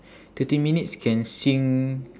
thirteen minutes can sing